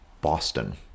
Boston